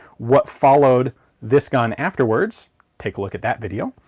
what followed this gun afterwards take a look at that video.